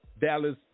Dallas